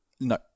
No